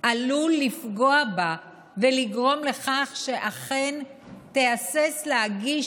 עלול לפגוע בה ולגרום לכך שאכן תהסס להגיש